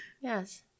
Yes